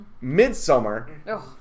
Midsummer